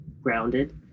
grounded